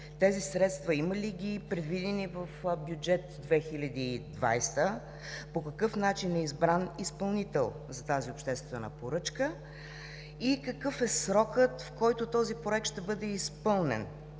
тези средства има ли ги предвидени в бюджет 2020? По какъв начин е избран изпълнител за тази обществена поръчка? Какъв е срокът, в който този проект ще бъде изпълнен?